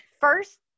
first